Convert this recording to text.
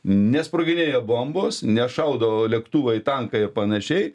nesproginėja bombos nešaudo lėktuvai tankai ir panašiai